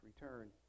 return